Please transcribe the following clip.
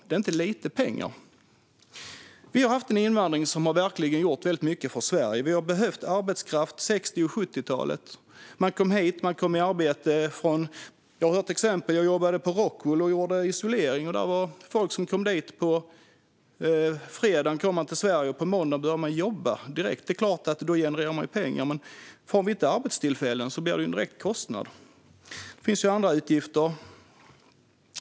Det är inte lite pengar. Vi har haft en invandring som verkligen har gjort väldigt mycket för Sverige. Vi har behövt arbetskraft under 60 och 70-talen. Man kom hit och kom i arbete. Jag har ett exempel på det. Jag jobbade på Rockwool och gjorde isolering. Det var folk som kom till Sverige på fredagen och på måndagen började de jobba direkt. Det är klart att då genererar det ju pengar. Men om vi inte får arbetstillfällen blir det ju en direkt kostnad. Det finns andra utgifter.